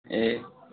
ए